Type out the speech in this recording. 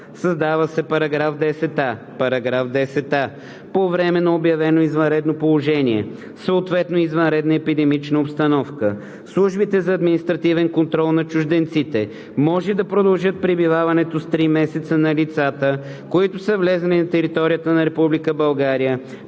Създава се § 10а: „§ 10а. По време на обявено извънредно положение, съответно извънредна епидемична обстановка службите за административен контрол на чужденците може да продължат пребиваването с три месеца на лицата, които са влезли на територията на